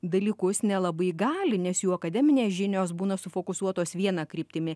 dalykus nelabai gali nes jų akademinės žinios būna sufokusuotos viena kryptimi